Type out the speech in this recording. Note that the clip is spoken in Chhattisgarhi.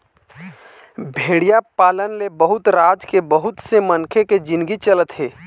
भेड़िया पालन ले बहुत राज के बहुत से मनखे के जिनगी चलत हे